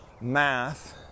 math